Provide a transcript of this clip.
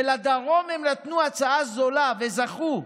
ולדרום הם נתנו הצעה זולה וזכו,